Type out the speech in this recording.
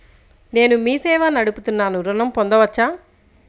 నేను మీ సేవా నడుపుతున్నాను ఋణం పొందవచ్చా?